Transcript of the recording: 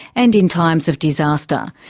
and in times of disaster,